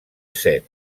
set